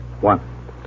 One